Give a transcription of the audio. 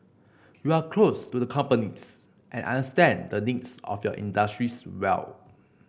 you are close to the companies and understand the things of your industries well